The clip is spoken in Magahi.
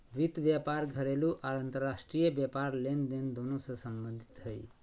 वित्त व्यापार घरेलू आर अंतर्राष्ट्रीय व्यापार लेनदेन दोनों से संबंधित हइ